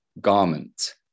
garment